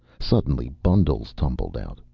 suddenly bundles tumbled out,